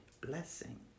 blessing